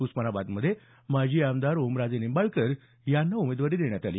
उस्मानाबादमध्ये माजी आमदार ओमराजे निंबाळकर यांना उमेदवारी देण्यात आली